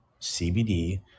CBD